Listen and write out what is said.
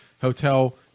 hotel